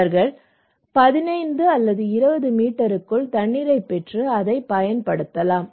அவர்கள் 15 20 மீட்டருக்குள் தண்ணீரைப் பெற்று அதைப் பயன்படுத்தலாம்